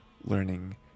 learning